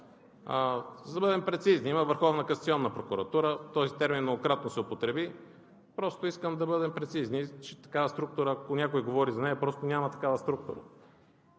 за да бъдем прецизни. Има Върховна касационна прокуратура. Този термин многократно се употреби. Просто искам да бъдем прецизни, че такава структура, ако някой говори за нея, просто няма такава структура.